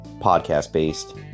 podcast-based